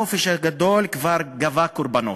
החופש הגדול כבר גבה קורבנות: